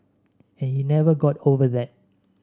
and he never got over that